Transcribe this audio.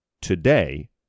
today